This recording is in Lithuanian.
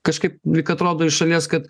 kažkaip lyg atrodo iš šalies kad